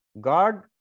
god